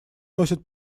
носит